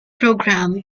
programme